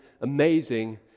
amazing